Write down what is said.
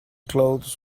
clothes